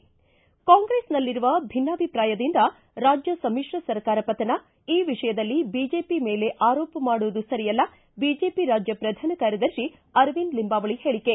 ಿ ಕಾಂಗ್ರೆಸ್ನಲ್ಲಿರುವ ಭಿನ್ನಾಭಿಪ್ರಾಯದಿಂದ ರಾಜ್ಯ ಸಮಿತ್ರ ಸರ್ಕಾರ ಪತನ ಈ ವಿಷಯದಲ್ಲಿ ಬಿಜೆಪಿ ಮೇಲೆ ಆರೋಪ ಮಾಡುವುದು ಸರಿಯಲ್ಲ ಬಿಜೆಪಿ ರಾಜ್ಯ ಪ್ರಧಾನ ಕಾರ್ಯದರ್ಶಿ ಅರವಿಂದ ಲಿಂಬಾವಳಿ ಹೇಳಿಕೆ